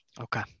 Okay